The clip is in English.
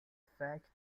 fact